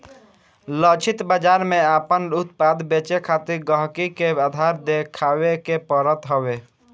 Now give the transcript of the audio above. लक्षित बाजार में आपन उत्पाद बेचे खातिर गहकी के आधार देखावे के पड़त हवे